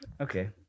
Okay